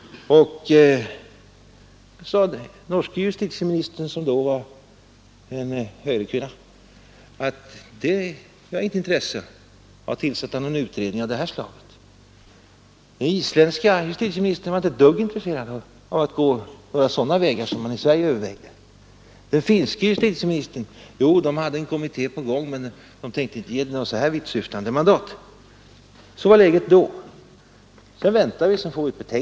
Den norska justitieministern, som då var en högerkvinna, sade att det inte fanns intresse för att tillsätta någon utredning av det här slaget. Den isländske justitieministern var inte ett dugg intresserad av att gå sådana vägar som man i Sverige övervägde. Den finske justitieministern sade att man hade en kommitté på gång men inte tänkte ge den så här vittsyftande mandat. Sådant var läget då. Sedan väntade vi och fick ett betänkande.